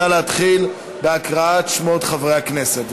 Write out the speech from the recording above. נא להתחיל בהקראת שמות חברי הכנסת.